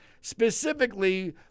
specifically